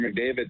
McDavid